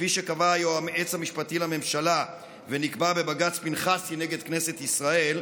כפי שקבע היועץ המשפטי לממשלה ונקבע בבג"ץ פנחסי נגד כנסת ישראל,